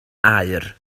aur